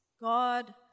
God